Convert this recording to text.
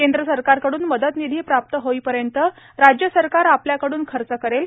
केंद्र सरकारकडून मदत निधी प्राप्त होईपर्यंत राज्य सरकार आपल्याकडुन खर्च करेल